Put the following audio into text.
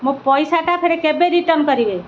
ମୋ ପଇସାଟା ଫେରେ କେବେ ରିଟର୍ଣ୍ଣ୍ କରିବେ